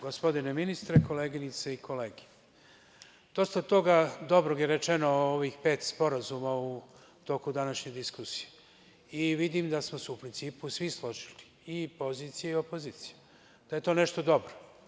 Gospodine ministre, koleginice i kolege, dosta toga dobrog je rečeno o ovih pet sporazuma u toku današnje diskusije i vidim da smo se u principu svi složili, i pozicija i opozicija, da je to nešto dobro.